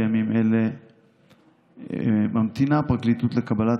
בימים אלה ממתינה הפרקליטות לקבלת